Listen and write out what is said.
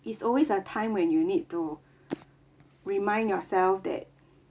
it's always a time when you need to remind yourself that